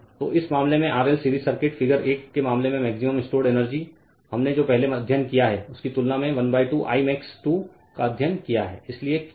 तो इस मामले में RL सीरीज़ सर्किट फिगर 1 के मामले में मैक्सिमम स्टोर्ड एनर्जी हमने जो पहले अध्ययन किया है उसकी तुलना में 12 l Imax 2 का अध्ययन किया है